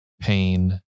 pain